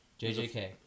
JJK